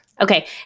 Okay